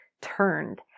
turned